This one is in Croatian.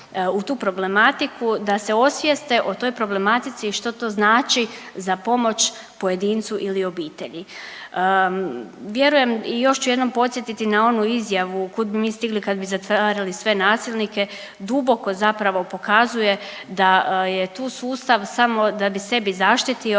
u tu problematiku da se osvijeste o toj problematici što to znači za pomoć pojedincu ili obitelji. Vjerujem i još ću jednom podsjetiti na onu izjavu „kud bi mi stigli kad bi zatvarali sve nasilnike“ duboko zapravo pokazuje da je tu sustav samo da bi sebe zaštitio,